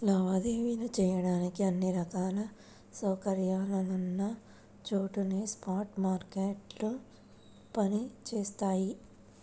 లావాదేవీలు చెయ్యడానికి అన్ని రకాల సౌకర్యాలున్న చోటనే స్పాట్ మార్కెట్లు పనిచేత్తయ్యి